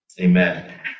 Amen